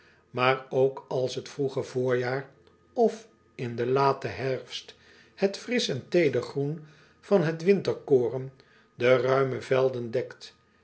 aar ook als in t vroege voorjaar of in den laten herfst het frisch en teeder groen van het winterkoren de ruime velden dekt